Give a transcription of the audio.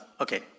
Okay